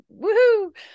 woohoo